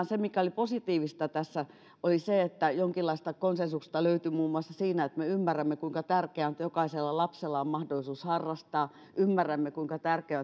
se mikä oli positiivista tässä oli se että jonkinlaista konsensusta löytyi muun muassa siinä että me ymmärrämme kuinka tärkeää on että jokaisella lapsella on mahdollisuus harrastaa ymmärrämme kuinka tärkeää